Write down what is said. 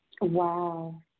Wow